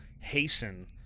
hasten